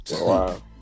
wow